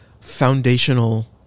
foundational